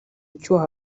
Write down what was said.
icyuho